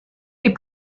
est